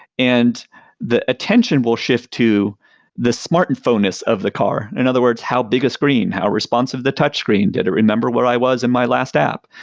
and the attention will shift to the smartphoness of the car. in other words, how big a screen, how responsive the touchscreen, did it remember where i was in my last app,